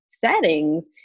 settings